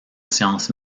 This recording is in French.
sciences